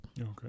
Okay